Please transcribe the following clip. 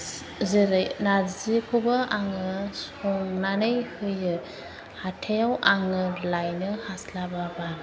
जेरै नार्जिखौबो आङो संनानै होयो हाथायाव आङो लायनो हास्लाबाबा